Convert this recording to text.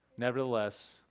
nevertheless